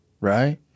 right